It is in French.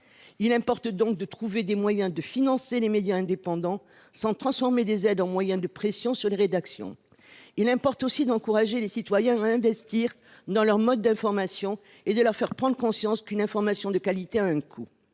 Il importe donc de trouver des moyens de financer les médias indépendants sans transformer des aides en moyens de pression sur les rédactions. Il importe aussi d’encourager les citoyens à investir dans leur mode d’information et de leur faire prendre conscience qu’une information de qualité a un coût.